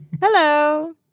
Hello